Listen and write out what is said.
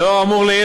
לאור האמור לעיל,